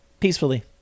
Peacefully